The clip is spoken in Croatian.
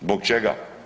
Zbog čega?